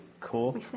Cool